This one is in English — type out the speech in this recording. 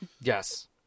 Yes